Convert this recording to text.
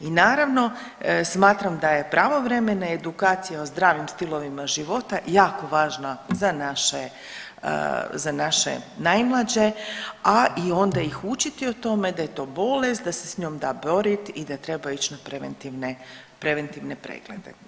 I naravno smatram da je pravovremena edukacija o zdravim stilovima života jako važna za naše najmlađe, a i onda ih učiti o tome da je to bolest, da se s njom da borit i da trebaju ići na preventivne preglede.